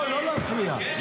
לא להפריע.